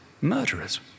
murderers